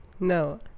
No